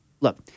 look